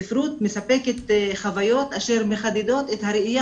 ספרות מספקת חוויות שמחדדות את הראייה